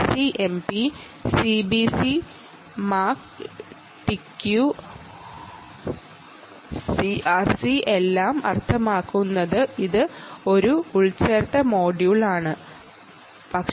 CCMP CBC MAC TQ CRC എല്ലാം അർത്ഥമാക്കുന്നത് ഇത് ഒരു എമ്പഡഡ് മൊഡ്യൂളാണ് എന്നതാണ്